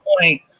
point